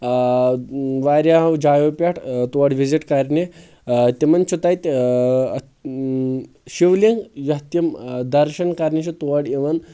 آ واریاہو جایو پٮ۪ٹھ تور وِزٹ کرنہِ آ تِمن چھُ تتہِ آ اۭں شِولنٛگ یتھ تِم درشن کرنہِ چھِ تور یِوان